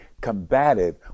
combative